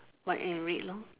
white and red lor